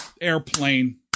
airplane